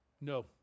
No